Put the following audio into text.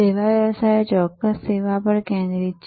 સેવા વ્યવસાયો ચોક્કસ સેવા પર કેન્દ્રિત છે